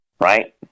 right